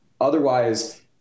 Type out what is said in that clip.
Otherwise